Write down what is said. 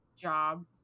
job